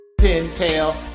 Pintail